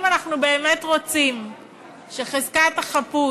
אם אנחנו באמת רוצים שחזקת החפות